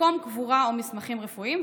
מקום קבורה או מסמכים רפואיים,